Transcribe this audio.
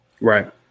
Right